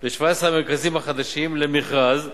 ב-17 המרכזים החדשים למכרז,